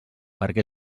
perquè